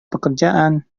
pekerjaan